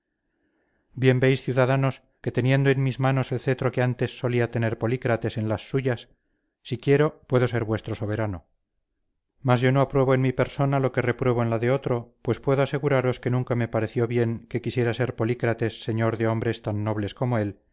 veis ciudadanos que teniendo en mis manos el cetro que antes solía tener polícrates en las suyas si quiero puedo ser vuestro soberano mas yo no apruebo en mi persona lo que repruebo en la de otro pues puedo aseguraros que nunca me pareció bien que quisiera ser polícrates señor de hombres tan nobles como él